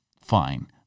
fine